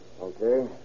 Okay